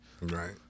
Right